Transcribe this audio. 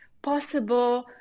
possible